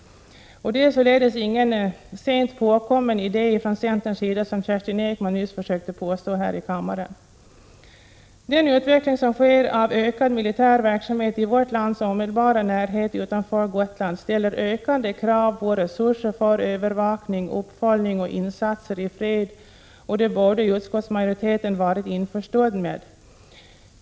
Det är således ingen sent påkommen idé från centerns sida, som Kerstin Ekman nyss försökte påstå här i kammaren. Den utveckling som sker av ökad militär verksamhet i vårt lands omedelbara närhet utanför Gotland ställer ökande krav på resurser för övervakning, uppföljning och insatser i fred. Det borde utskottsmajoriteten vara införstådd med.